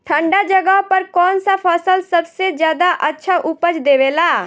ठंढा जगह पर कौन सा फसल सबसे ज्यादा अच्छा उपज देवेला?